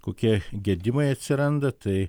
kokie gedimai atsiranda tai